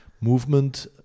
movement